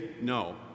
no